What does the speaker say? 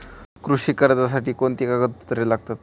कृषी कर्जासाठी कोणती कागदपत्रे लागतात?